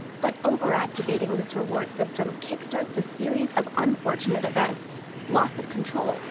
but overactivating this reward system kickstarts a series of unfortunate events loss of control,